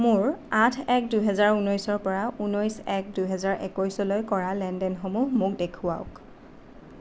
মোৰ আঠ এক দুই হেজাৰ ঊনৈছৰপৰা ঊনৈছ এক দুই হেজাৰ একৈছলৈ কৰা লেনদেনসমূহ মোক দেখুৱাওক